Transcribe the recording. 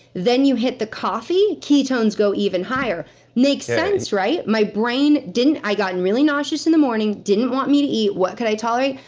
then you hit the coffee. ketones go even higher yeah makes sense right? my brain didn't. i got and really nauseous in the morning, didn't want me to eat. what could i tolerate?